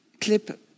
clip